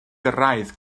gyrraedd